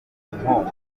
gukwirakwiza